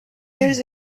years